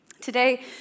Today